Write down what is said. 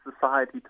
society